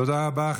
תודה רבה.